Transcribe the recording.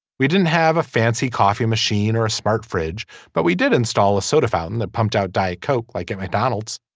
we didn't have a fancy coffee machine or a smart fridge but we did install a soda fountain that pumped out diet coke like and mcdonald's